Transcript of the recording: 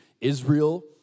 Israel